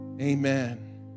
amen